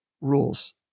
rules